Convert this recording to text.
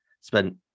spend